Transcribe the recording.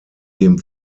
dem